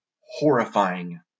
horrifying